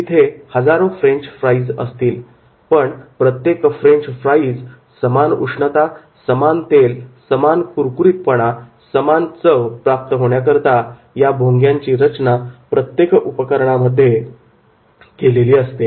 तिथे हजारो French fries असतील पण प्रत्येक फ्रेंच फ्राईजला समान उष्णता समान तेल समान कुरकुरीतपणा समान चव प्राप्त होण्याकरिता भोंग्याची रचना प्रत्येक उपकरणामध्ये केलेली असते